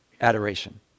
adoration